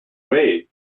ray